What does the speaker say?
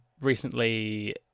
recently